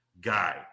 guy